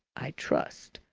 i trust?